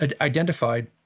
identified